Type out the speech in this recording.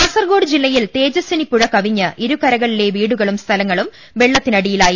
കാസർകോഡ് ജില്ലയിൽ തേജ്യസ്ഥിനി പുഴ കവിഞ്ഞ് ഇരുകരക ളിലേയും വീടുകളും സ്ഥലങ്ങളും വെളളത്തിനടിയിലായി